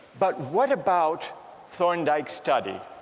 but what about thorndike's study?